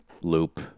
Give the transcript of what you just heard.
loop